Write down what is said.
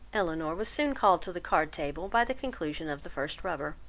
elinor was soon called to the card-table by the conclusion of the first rubber,